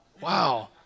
Wow